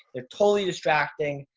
they're totally distracting.